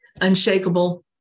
unshakable